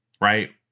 right